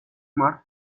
mart